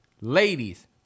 ladies